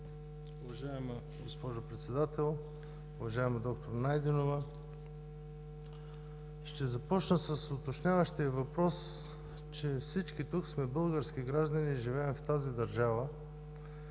Уважаема госпожо Председател, уважаема д-р Найденова! Ще започна с уточняващия въпрос, че всички тук сме български граждани и живеем в тази държава.